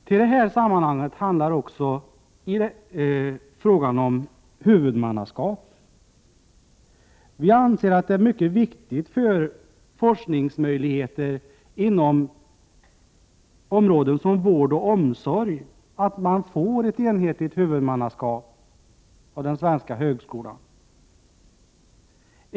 Till detta hör också frågan om huvudmannaskapet. Vi anser att det är mycket viktigt för forskningsmöjligheter inom områden som vård och omsorg, att man får ett enhetligt huvudmannaskap för den svenska högskolan.